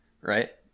right